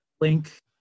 link